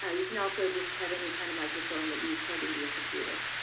ah you can also just have any kind of microphone that you plug into your computer,